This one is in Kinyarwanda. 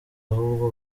ahubwo